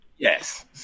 Yes